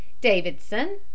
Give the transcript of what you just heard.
davidson